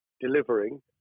delivering